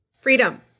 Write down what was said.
Freedom